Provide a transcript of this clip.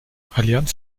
allianz